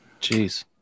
Jeez